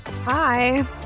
Hi